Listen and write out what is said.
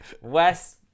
Wes